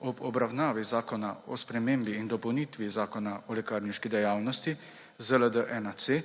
ob obravnavi Zakona o spremembi in dopolnitvi Zakona o lekarniški dejavnosti ZLD-1C,